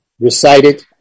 recited